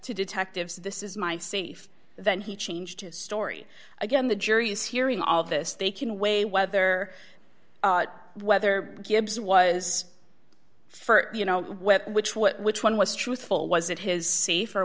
to detectives this is my safe then he changed his story again the jury is hearing all of this they can weigh whether whether gibbs was for you know whether which was which one was truthful was it his safe